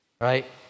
Right